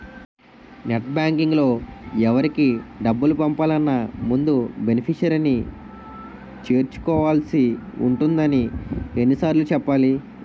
net బాంకింగ్లో ఎవరికి డబ్బులు పంపాలన్నా ముందు బెనిఫిషరీని చేర్చుకోవాల్సి ఉంటుందని ఎన్ని సార్లు చెప్పాలి